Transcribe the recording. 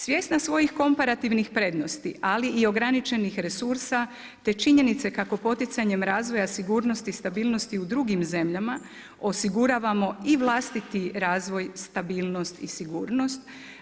Svjesna svojih komparativnih prednosti ali i ograničenih resursa te činjenice kako poticanjem razvoja sigurnosti i stabilnosti u drugim zemljama osiguravamo i vlastiti razvoj, stabilnost i sigurnost.